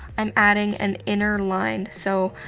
i'm adding an inner line. so,